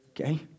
Okay